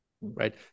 right